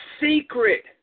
secret